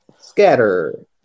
Scatter